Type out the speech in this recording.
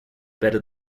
better